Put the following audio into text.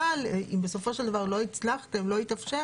אבל אם בסופו של דבר לא הצלחתם ולא התאפשר...